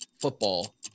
football